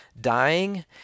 dying